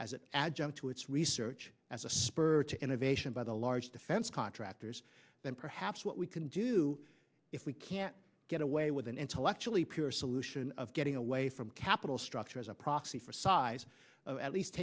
as an adjunct to its research as a spur to innovation by the large defense contractors then perhaps what we can do if we can't get away with an intellectually pure solution of getting away from capital structure as a proxy for size of at least